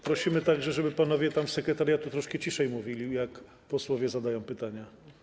Prosimy, żeby panowie z sekretariatu troszkę ciszej mówili, jak posłowie zadają pytania.